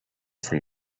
from